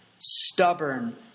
stubborn